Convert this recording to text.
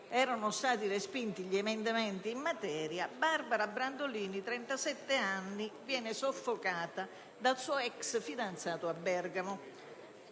erano stati respinti gli emendamenti in materia, Barbara Brandolini, 27 anni, viene trovata soffocata dal suo ex fidanzato a Bergamo;